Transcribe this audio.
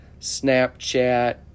Snapchat